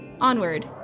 Onward